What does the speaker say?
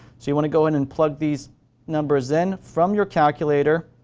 so, you want to go in and plug these numbers in from your calculator.